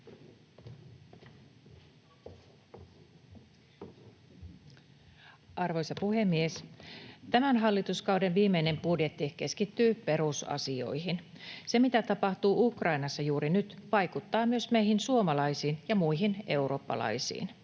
Arvoisa puhemies! Tämän hallituskauden viimeinen budjetti keskittyy perusasioihin. Se, mitä tapahtuu Ukrainassa juuri nyt, vaikuttaa myös meihin suomalaisiin ja muihin eurooppalaisiin.